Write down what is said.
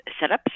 setups